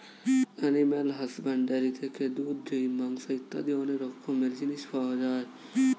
animal husbandry থেকে দুধ, ডিম, মাংস ইত্যাদি অনেক রকমের জিনিস পাওয়া যায়